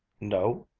no,